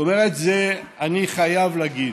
אני חייב להגיד,